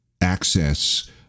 access